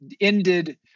ended